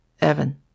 Evan